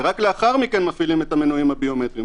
ורק לאחר מכן מפעילים את המנועים הביומטריים.